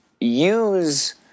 use